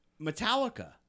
Metallica